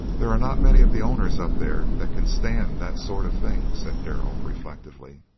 there are not many of the owners up there that can stand that sort of thing, said darrell, reflectively.